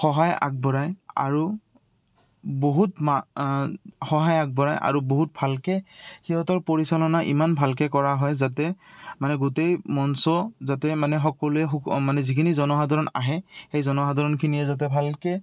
সহায় আগবঢ়ায় আৰু বহুত সহায় আগবঢ়ায় আৰু বহুত ভালকে সিহঁতৰ পৰিচালনা ইমান ভালকে কৰা হয় যাতে মানে গোটেই মঞ্চ যাতে মানে সকলোৱে মানে যিখিনি জনসাধাৰণ আহে সেই জনসাধাৰণখিনিয়ে যাতে ভালকে